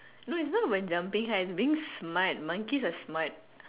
no it's not about jumping high it's being smart monkeys are smart